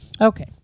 Okay